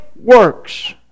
works